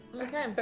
Okay